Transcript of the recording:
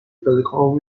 پلکامو